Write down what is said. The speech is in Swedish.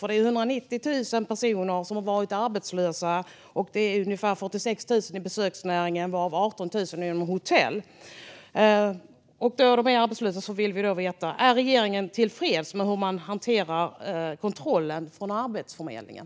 Det är 190 000 personer som har varit arbetslösa. Det är ungefär 46 000 i besöksnäringen, varav 18 000 inom hotell. Är regeringen tillfreds med hur man hanterar kontrollen från Arbetsförmedlingen?